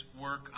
work